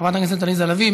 חברת הכנסת עליזה לביא,